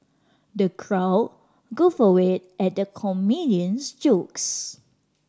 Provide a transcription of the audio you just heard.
the crowd guffawed at the comedian's jokes